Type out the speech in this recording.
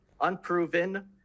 unproven